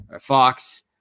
Fox